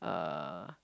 uh